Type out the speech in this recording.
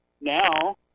Now